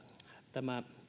tämä